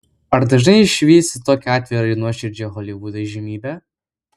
ar dažnai išvysi tokią atvirą ir nuoširdžią holivudo įžymybę